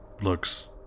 looks